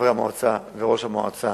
חברי המועצה, וראשי המועצות